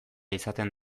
izaten